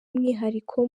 umwihariko